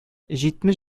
җитмеш